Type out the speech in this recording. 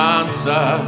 answer